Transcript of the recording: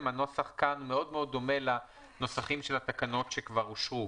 הנוסח כאן מאוד מאוד דומה לנוסחים של התקנות שכבר אושרו